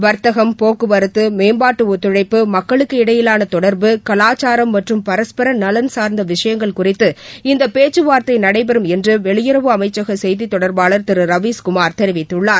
வர்த்தகம் போக்குவரத்து மேம்பாட்டு ஒத்துழைப்பு மக்களுக்கு இடையிலான தொடர்பு கலாச்சாரம் மற்றம் பரஸ்பர நலன் சார்ந்த விஷயங்கள் குறித்து இந்த பேச்சுவார்த்தை நடைபெறும் என்று வெளியுறவு அமைச்சக செய்தித் தொடர்பாளர் திரு ரவீஸ்குமார் தெரிவித்துள்ளார்